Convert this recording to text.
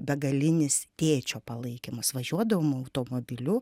begalinis tėčio palaikymas važiuodavom automobiliu